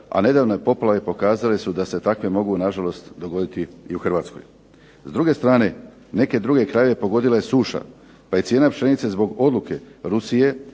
a nedavne poplave pokazale su da se takve mogu nažalost dogoditi i u Hrvatskoj. S druge strane, neke druge krajeve pogodila je suša pa je cijena pšenice zbog odluke Rusije